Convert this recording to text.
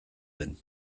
den